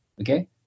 Okay